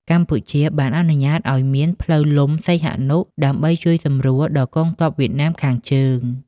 កម្ពុជាបានអនុញ្ញាតឱ្យមាន "ផ្លូវលំសីហនុ" ដើម្បីជួយសម្រួលដល់កងទ័ពវៀតណាមខាងជើង។